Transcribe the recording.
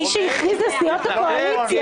ומי שהכריז הן סיעות הקואליציה.